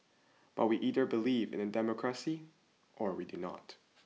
but we either believe in the democracy or we do not